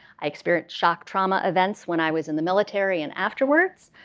i experienced shock trauma events when i was in the military and afterwards.